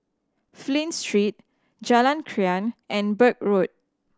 Flint Street Jalan Krian and Birch Road